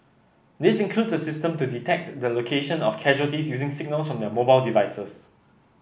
this includes a system to detect the location of casualties using signals their mobile devices